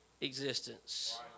existence